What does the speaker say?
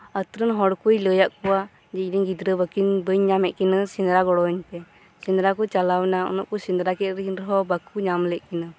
ᱟᱹᱛᱩᱨᱮᱱ ᱦᱚᱲᱠᱩᱭ ᱞᱟᱹᱭᱟᱫ ᱠᱚᱣᱟ ᱡᱮ ᱤᱧᱨᱮᱱ ᱜᱤᱫᱽᱨᱟᱹ ᱵᱟᱹᱠᱤᱱ ᱵᱟᱹᱧ ᱧᱟᱢᱮᱫ ᱠᱤᱱᱟᱹ ᱥᱮᱸᱫᱽᱨᱟ ᱜᱚᱲᱚᱣᱟᱹᱧ ᱯᱮ ᱥᱮᱸᱫᱽᱨᱟᱠᱩ ᱪᱟᱞᱟᱣᱱᱟ ᱩᱱᱟᱹᱜ ᱠᱩ ᱥᱮᱸᱫᱨᱟᱠᱮᱫ ᱨᱮᱠᱤᱱ ᱨᱮᱦᱚᱸ ᱵᱟᱠᱩ ᱧᱟᱢᱞᱮᱫ ᱠᱤᱱᱟᱹ